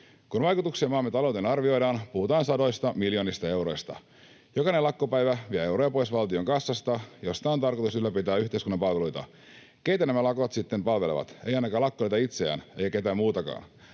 Kun vaikutuksia maamme talouteen arvioidaan, puhutaan sadoista miljoonista euroista. Jokainen lakkopäivä vie euroja pois valtionkassasta, josta on tarkoitus ylläpitää yhteiskunnan palveluita. Keitä nämä lakot sitten palvelevat? Eivät ainakaan lakkoilijoita itseään, eivät ketään muutakaan.